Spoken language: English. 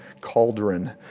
cauldron